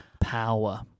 power